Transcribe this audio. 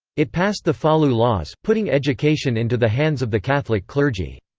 it passed the falloux laws, putting education into the hands of the catholic clergy.